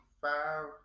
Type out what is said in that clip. five –